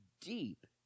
deep